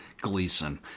Gleason